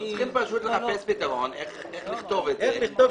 צריכים לחפש פתרון איך לכתוב את זה.